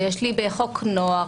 ויש לי בחוק נוער,